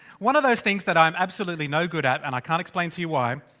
one of those things that i'm absolutely no good at and i can't explain to you why,